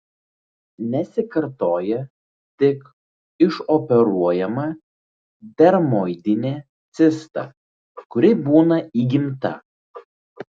nesikartoja tik išoperuojama dermoidinė cista kuri būna įgimta